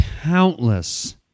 countless